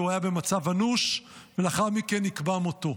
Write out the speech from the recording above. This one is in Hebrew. הוא היה במצב אנוש, ולאחר מכן נקבע מותו.